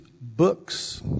books